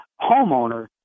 homeowner